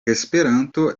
esperanto